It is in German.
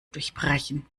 durchbrechen